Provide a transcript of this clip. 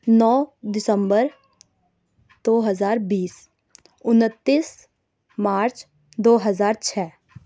نو دسمبر دو ہزار بیس اُنتیس مارچ دو ہزار چھ